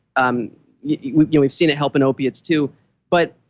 um you know we've seen it help in opiates, too but